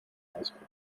auspuff